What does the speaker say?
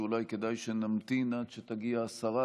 שאולי כדאי שנמתין עד שתגיע השרה,